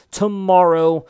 tomorrow